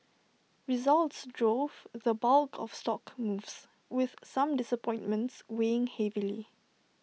results drove the bulk of stock moves with some disappointments weighing heavily